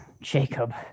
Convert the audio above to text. Jacob